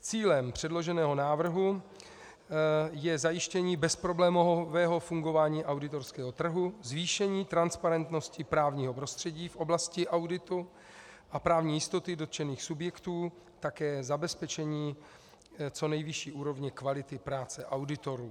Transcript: Cílem předloženého návrhu je zajištění bezproblémového fungování auditorského trhu, zvýšení transparentnosti právního prostředí v oblasti auditu a právní jistoty dotčených subjektů, také zabezpečení co nejvyšší úrovně kvality práce auditorů.